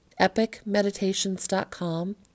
epicmeditations.com